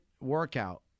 workout